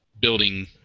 building